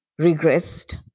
regressed